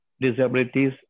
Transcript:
disabilities